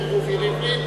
בשם רובי ריבלין.